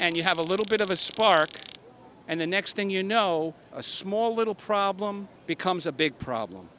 and you have a little bit of a spark and the next thing you know a small little problem becomes a big problem